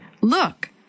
Look